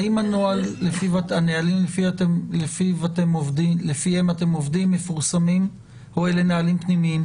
האם הנהלים לפיהם אתם עובדים מפורסמים או שאלה נהלים פנימיים?